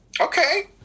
Okay